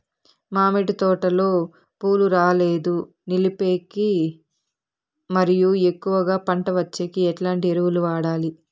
మామిడి తోటలో పూలు రాలేదు నిలిపేకి మరియు ఎక్కువగా పంట వచ్చేకి ఎట్లాంటి ఎరువులు వాడాలి?